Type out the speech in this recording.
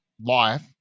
life